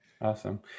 awesome